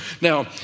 Now